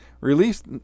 released